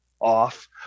off